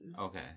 Okay